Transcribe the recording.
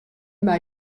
mei